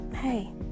Hey